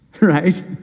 right